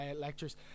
lectures